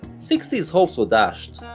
sixties hopes were dashed,